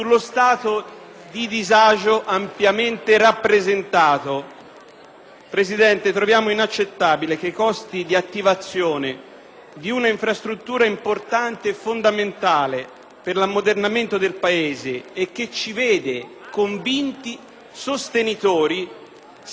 rappresentato. Troviamo inaccettabile che i costi di attivazione di una infrastruttura fondamentale per l'ammodernamento del Paese, e che ci vede convinti sostenitori, siano scaricati a danno degli utenti più deboli,